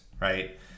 right